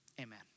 Amen